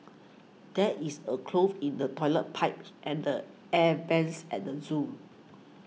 there is a clog in the Toilet Pipe and the Air Vents at the zoo